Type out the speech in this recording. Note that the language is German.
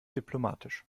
diplomatisch